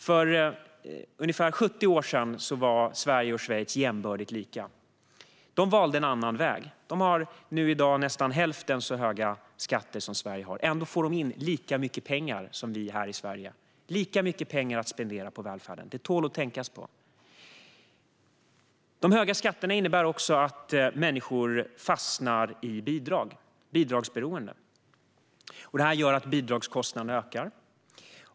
För ungefär 70 år sedan var Sverige och Schweiz jämbördiga. Men Schweiz valde en annan väg och har i dag nästan hälften så höga skatter som Sverige. Ändå får man in lika mycket pengar som Sverige, lika mycket pengar att spendera på välfärden. Det tål att tänka på. De höga skatterna innebär också att människor fastnar i bidragsberoende, vilket gör att bidragskostnaden ökar.